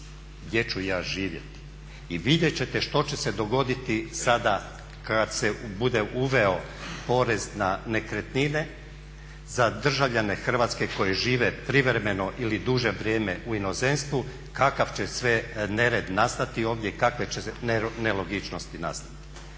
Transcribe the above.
gdje ću ja živjeti i vidjet ćete što će se dogoditi sada kad se bude uveo porez na nekretnine za državljane Hrvatske koji žive privremeno ili duže vrijeme u inozemstvu kakav će sve nered nastati ovdje, kakve će nelogičnosti nastati.